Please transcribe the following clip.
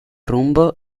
rumbo